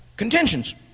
contentions